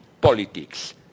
politics